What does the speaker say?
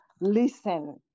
listen